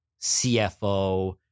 CFO-